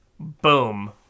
Boom